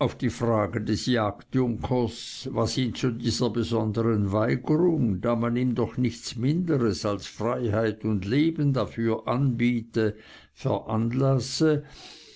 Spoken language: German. auf die frage des jagdjunkers was ihn zu dieser sonderbaren weigerung da man ihm doch nichts minderes als freiheit und leben dafür anbiete veranlasse